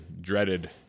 dreaded